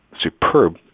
superb